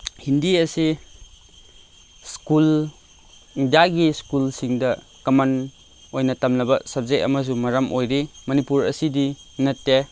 ꯍꯤꯟꯗꯤ ꯑꯁꯤ ꯁ꯭ꯀꯨꯜ ꯏꯟꯗꯤꯌꯥꯒꯤ ꯁ꯭ꯀꯨꯜꯁꯤꯡꯗ ꯀꯃꯟ ꯑꯣꯏꯅ ꯇꯝꯅꯕ ꯁꯕꯖꯦꯛ ꯑꯃꯁꯨ ꯃꯔꯝ ꯑꯣꯏꯔꯤ ꯃꯅꯤꯄꯨꯔ ꯑꯁꯤꯗꯤ ꯅꯠꯇꯦ